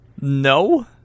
No